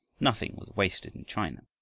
nothing was wasted in china.